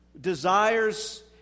desires